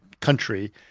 country